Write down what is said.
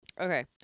Okay